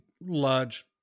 large